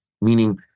Meaning